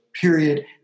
period